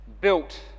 built